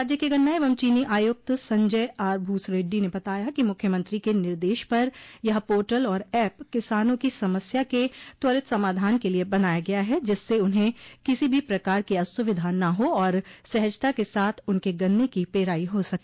राज्य के गन्ना एवं चीनी आयुक्त संजय आरभूस रेड्डी ने बताया कि मुख्यमंत्री के निर्देश पर यह पोर्टल और एप किसानों की समस्या के त्वरित समाधान के लिये बनाया गया है जिससे उन्हें किसी भी प्रकार की असुविधा न हो और सहजता के साथ उनके गन्ने की पेराई हो सके